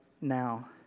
now